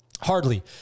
Hardly